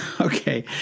Okay